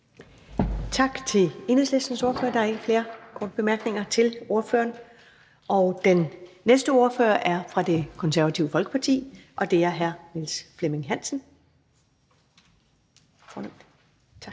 Tak til Enhedslistens ordfører. Der er ikke flere korte bemærkninger til ordføreren. Den næste ordfører er fra Det Konservative Folkeparti, og det er hr. Niels Flemming Hansen. Velkommen.